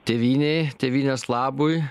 tėvynei tėvynės labui